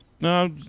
No